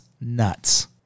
nuts